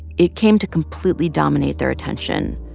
it came to completely dominate their attention,